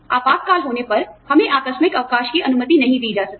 आपात काल होने पर हमें आकस्मिक अवकाश की अनुमति नहीं दी जा सकती